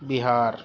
بہار